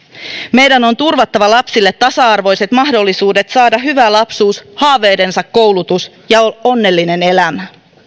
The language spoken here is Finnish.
meidän on turvattava lapsille tasa arvoiset mahdollisuudet saada hyvä lapsuus haaveidensa koulutus ja onnellinen elämä